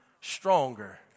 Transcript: stronger